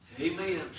Amen